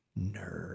nerd